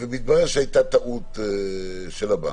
ומתברר שהייתה טעות של הבנק?